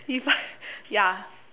you find ya